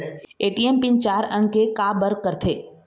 ATM PIN चार अंक के का बर करथे?